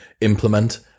implement